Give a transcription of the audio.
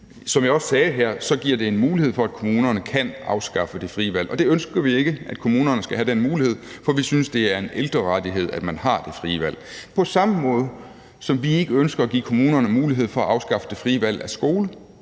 Som jeg også sagde her, giver det en mulighed for, at kommunerne kan afskaffe det frie valg. Og vi ønsker ikke, at kommunerne skal have den mulighed, for vi synes, det er en ældrerettighed, at man har det frie valg, på samme måde som vi ikke ønsker at give kommunerne mulighed for at afskaffe det frie valg af skole.